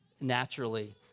naturally